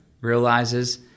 realizes